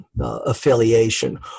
affiliation